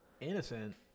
Innocent